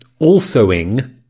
alsoing